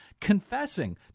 confessing